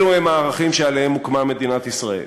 אלו הם הערכים שעליהם הוקמה מדינת ישראל.